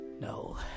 No